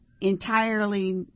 entirely